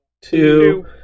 two